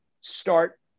start